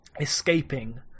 escaping